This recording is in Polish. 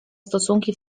stosunki